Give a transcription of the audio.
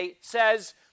says